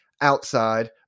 outside